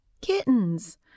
Kittens